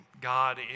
God